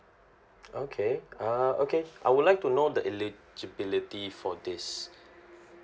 okay err okay I would like to know the eligibility for this